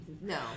No